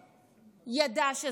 ידע שזה שקר,